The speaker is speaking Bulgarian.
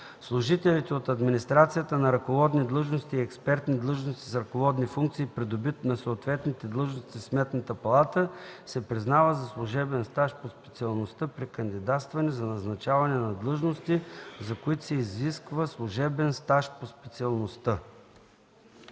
служителите от администрацията на ръководни длъжности и експертни длъжности с ръководни функции, придобит на съответните длъжности в Сметната палата, се признава за служебен стаж по специалността при кандидатстване за назначаване на длъжности, за които се изисква служебен стаж по специалността.”.